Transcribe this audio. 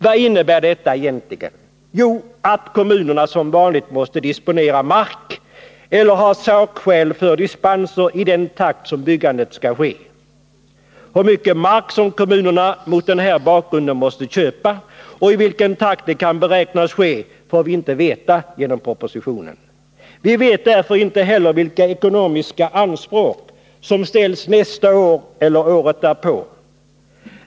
Vad innebär detta egentligen? Jo, att kommunerna som vanligt måste disponera mark eller ha sakskäl för dispenser i den takt som byggandet skall ske. Hur mycket mark som kommunerna mot den här bakgrunden måste köpa och i vilken takt det kan beräknas ske får vi inte veta genom propositionen. Vi vet därför inte heller vilka ekonomiska anspråk som ställs nästa år eller året därpå.